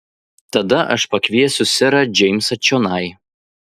tada aš pakviesiu serą džeimsą čionai